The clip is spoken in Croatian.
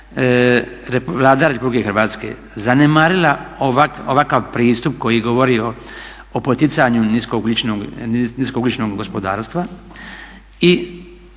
Vlada RH zanemarila ovakav pristup koji govori o poticanju nisko ugljičnog gospodarstva i